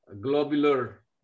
globular